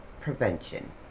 Prevention